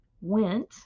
went